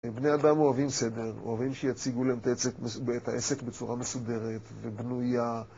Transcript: בני אדם אוהבים סדר, אוהבים שיציגו להם את העסק בצורה מסודרת ובנויה